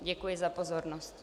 Děkuji za pozornost.